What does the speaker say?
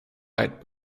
light